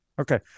okay